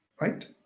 Right